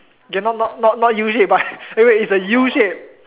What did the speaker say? k not not not U shape but eh wait it's a U shape